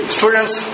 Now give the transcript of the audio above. Students